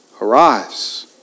arise